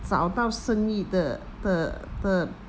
找到生意的的的